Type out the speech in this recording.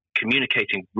communicating